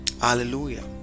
Hallelujah